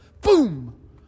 Boom